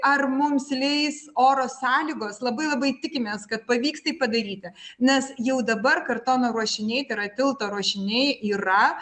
ar mums leis oro sąlygos labai labai tikimės kad pavyks tai padaryti nes jau dabar kartono ruošiniai tai yra tilto ruošiniai yra